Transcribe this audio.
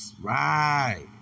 right